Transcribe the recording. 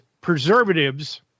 preservatives